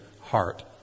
heart